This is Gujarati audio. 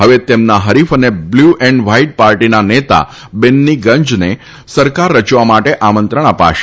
હવે તેમના હરીફ અને બ્લ્યુ એન્ડ વ્હાઇટ પાર્ટીના નેતા બેન્ની ગંઝને સરકાર રયવા માટે આમંત્રણ અપાશે